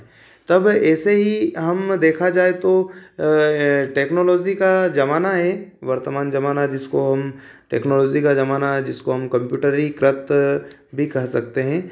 तब ऐसे ही हम देखा जाए तो टेक्नोलोज़ी का ज़माना है वर्तमान ज़माना जिसको हम टेक्नोलोज़ी का ज़माना जिसको हम कंप्यूटरीकृत भी कह सकते हैं